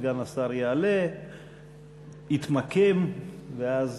סגן השר יעלה, יתמקם, ואז